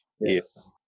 Yes